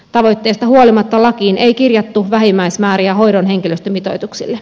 tavoitteesta huolimatta lakiin ei kirjattu vähimmäismääriä hoidon henkilöstömitoituksille